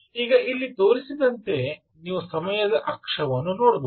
ಈಗ ಇಲ್ಲಿ ತೋರಿಸಿದಂತೆ ನೀವು ಸಮಯದ ಅಕ್ಷವನ್ನು ನೋಡಬಹುದು